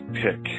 pick